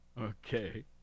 okay